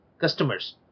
customers